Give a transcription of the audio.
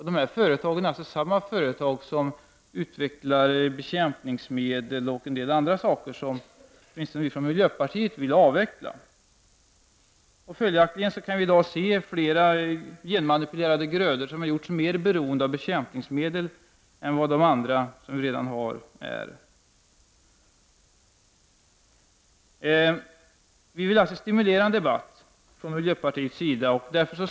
Dessa företag är alltså samma företag som utvecklar bekämpningsmedel och andra ämnen som vi i miljöpartiet vill avveckla. Följaktligen kan vi i dag se flera genmanipulerade grödor som har gjorts mer beroende av bekämpningsmedel än andra som vi redan har. Vi från miljöpartiets sida vill stimulera en debatt.